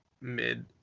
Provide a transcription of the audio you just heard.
mid